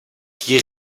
qui